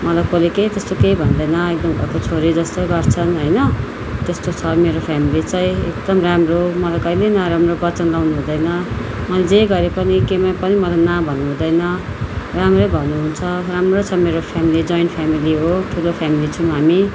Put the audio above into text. मलाई कसले के केही त्यस्तो भन्दैन एकदम घरको छोरी जस्तै गर्छन् होइन त्यस्तो छ मेरो फ्यामिली चाहिँ एकदम राम्रो मलाई कहिले नराम्रो वचन लगाउनु हुँदैन मैले जे गरे पनि केहीमा पनि मलाई न भन्नु हुँदैन राम्रै भन्नु हुन्छ राम्रो छ मेरो फ्यामिली चाहिँ जोइन्ट फयामिली हो ठुलो फ्यामिली छौँ हामी